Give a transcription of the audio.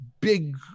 big